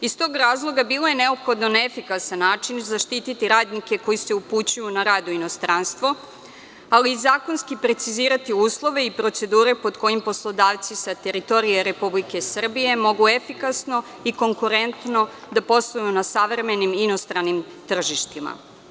Iz tog razloga, bilo je neophodno na efikasan način zaštititi radnike koji se upućuju na rad u inostranstvo, ali i zakonski precizirati uslove i procedure pod kojim poslodavci sa teritorije Republike Srbije mogu efikasno i konkurentno da posluju na savremenim inostranim tržištima.